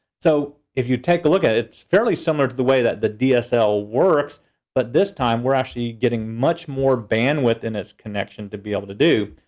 so if you take a look at it, it's fairly similar to the way that the dsl works but this time, we're actually getting much more bandwidth in this connection to be able to do,